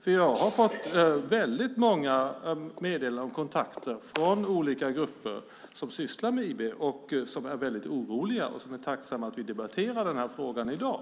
Jag har fått många meddelanden och kontakter från olika grupper som sysslar med IB som är oroliga. De är tacksamma för att vi debatterar frågan i dag. De undrar vad det är som kommer att hända. De skulle bli hjälpta av information från regeringens sida.